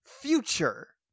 future